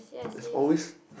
there's always